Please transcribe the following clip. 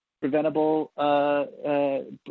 preventable